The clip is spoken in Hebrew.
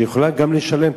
היא יכולה גם לשלם,